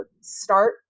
start